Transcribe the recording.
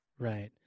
Right